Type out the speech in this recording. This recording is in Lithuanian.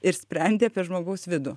ir sprendi apie žmogaus vidų